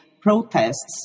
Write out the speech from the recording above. protests